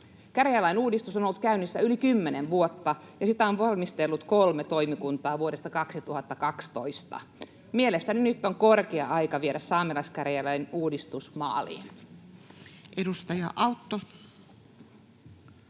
Käräjälain uudistus on ollut käynnissä yli kymmenen vuotta ja sitä on valmistellut kolme toimikuntaa vuodesta 2012. Mielestäni nyt on korkea aika viedä saamelaiskäräjälain uudistus maaliin. [Speech 7]